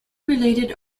related